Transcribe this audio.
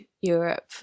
europe